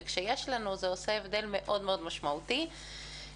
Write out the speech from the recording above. זה עושה הבדל מאוד מאוד משמעותי כשיש לנו.